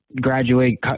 graduate